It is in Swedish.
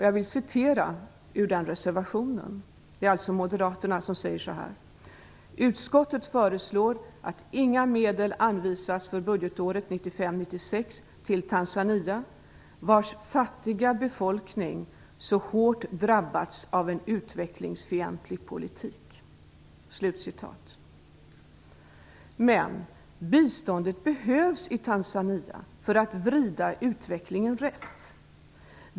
Jag vill citera ur den reservationen, där moderaterna säger: "Utskottet föreslår att inga medel anvisas för budgetåret 1995/96 till Tanzania vars fattiga befolkning så hårt har drabbats av en utvecklingsfientlig politik." Men biståndet behövs i Tanzania för att vrida utvecklingen rätt.